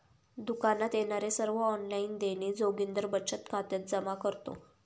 दुकानात येणारे सर्व ऑनलाइन देणी जोगिंदर बचत खात्यात जमा करतो